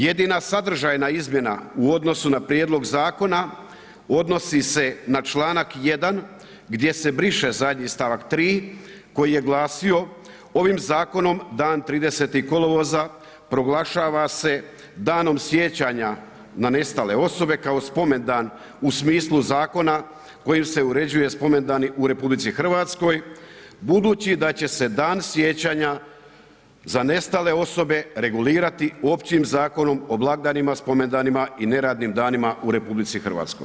Jedina sadržajna izmjena u odnosu na prijedlog zakona odnosi se na Članak 1. gdje se briše zadnji stavak 3. koji je glasio, ovim zakonom dan 30. kolovoza proglašava se Danom sjećanja na nestale osobe kao spomendan u smislu zakona kojim se uređuju spomendani u RH budući da će se Dan sjećanja za nestale osobe regulirati općim Zakonom o blagdanima, spomendanima i neradnim danima u RH.